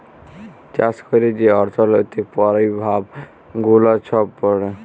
চাষ ক্যইরে যে অথ্থলৈতিক পরভাব গুলা ছব পড়ে